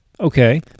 Okay